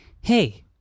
Hey